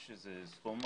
יש איזה סכום.